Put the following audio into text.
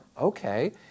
okay